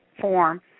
form